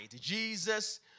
Jesus